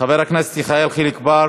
חבר הכנסת יחיאל חיליק בר?